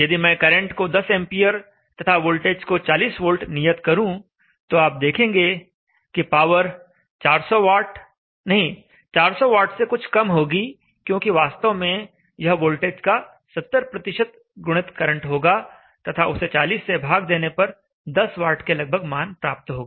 यदि मैं करंट को 10 एंपियर तथा वोल्टेज को 40 वोल्ट नियत करूं तो आप देखेंगे कि पावर 400 वाट नहीं 400 वाट से कुछ कम होगी क्योंकि वास्तव में यह वोल्टेज का 70 गुणित करंट होगा तथा उसे 40 से भाग देने पर 10 वाट के लगभग मान प्राप्त होगा